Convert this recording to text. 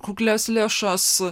kuklias lėšas